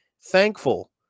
Thankful